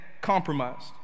compromised